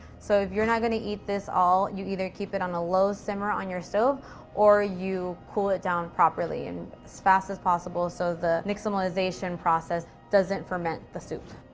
so if you're not going to eat this all, you either keep it on a low simmer on your so or you cool it down properly and as fast as possible so the nixtamalization process doesn't ferment the soup.